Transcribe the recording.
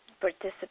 participate